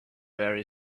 very